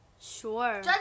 sure